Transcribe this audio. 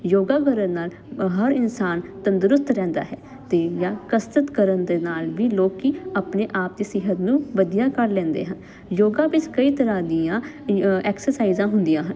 ਯੋਗਾ ਕਰਨ ਨਾਲ ਹਰ ਇਨਸਾਨ ਤੰਦਰੁਸਤ ਰਹਿੰਦਾ ਹੈ ਅਤੇ ਜਾਂ ਕਸਰਤ ਕਰਨ ਦੇ ਨਾਲ ਵੀ ਲੋਕ ਆਪਣੇ ਆਪ ਦੀ ਸਿਹਤ ਨੂੰ ਵਧੀਆ ਕਰ ਲੈਂਦੇ ਹਨ ਯੋਗਾ ਵਿੱਚ ਕਈ ਤਰ੍ਹਾਂ ਦੀਆਂ ਐਕਸਰਸਾਈਜ਼ਾਂ ਹੁੰਦੀਆਂ ਹਨ